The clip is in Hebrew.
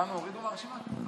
אותנו הורידו מהרשימה?